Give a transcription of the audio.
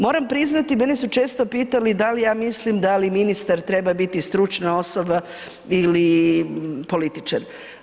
Moram priznati bili su često pitali, da li ja mislim, da li ministar treba biti stručna osoba ili političar.